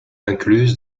incluse